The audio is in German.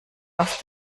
aus